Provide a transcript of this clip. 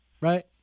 right